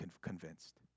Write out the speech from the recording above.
convinced